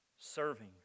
Serving